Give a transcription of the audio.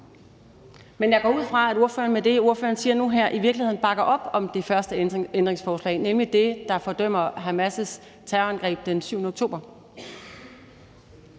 Men jeg går ud fra, at ordføreren med det, ordføreren siger nu her, i virkeligheden bakker op om det første ændringsforslag, nemlig det, der fordømmer Hamas' terrorangreb den 7. oktober.